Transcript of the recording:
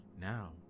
now